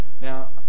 Now